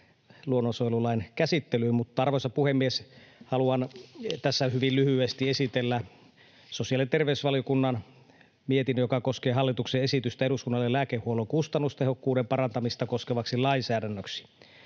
luonnonsuojelulain käsittelyyn. Mutta, arvoisa puhemies, haluan tässä hyvin lyhyesti esitellä sosiaali- ja terveysvaliokunnan mietinnön, joka koskee hallituksen esitystä eduskunnalle lääkehuollon kustannustehokkuuden parantamista koskevaksi lainsäädännöksi.